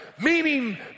Meaning